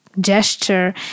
gesture